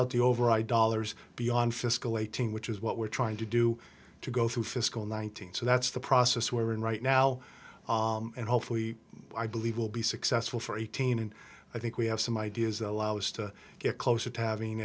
out the overall dollars beyond fiscal eighteen which is what we're trying to do to go through fiscal nineteen so that's the process we're in right now and hopefully i believe will be successful for eighteen and i think we have some ideas allow us to get closer to having